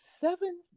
seven